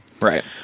Right